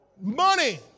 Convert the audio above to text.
Money